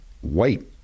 white